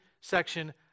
section